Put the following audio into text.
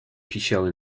pisiały